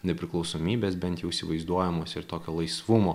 nepriklausomybės bent jau įsivaizduojamos ir tokio laisvumo